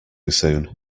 soon